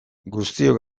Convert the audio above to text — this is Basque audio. guztiok